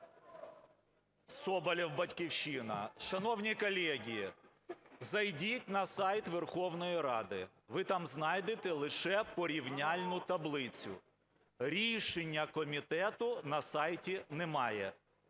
Соболєв, "Батьківщина". Шановні колеги, зайдіть на сайт Верховної Ради, ви там знайдете лише порівняльну таблицю, рішення комітету на сайті немає.